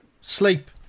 sleep